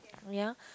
ya